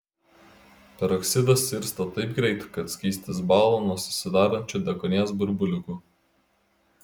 peroksidas irsta taip greit kad skystis bąla nuo susidarančių deguonies burbuliukų